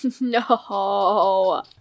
No